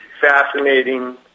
fascinating